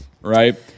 right